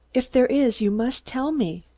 if there is you must tell me.